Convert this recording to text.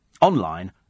online